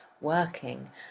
working